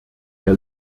der